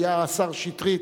השר שטרית,